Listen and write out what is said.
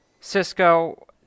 Cisco